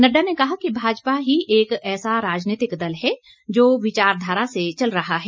नड्डा ने कहा कि भाजपा ही एक ऐसा राजनीतिक दल है जो विचार धारा से चल रहा है